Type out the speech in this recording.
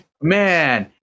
man